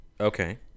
Okay